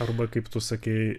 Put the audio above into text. arba kaip tu sakei